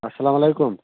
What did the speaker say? اَسلامُ علیکُم